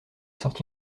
sorti